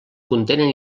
contenen